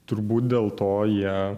turbūt dėl to jie